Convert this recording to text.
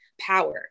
power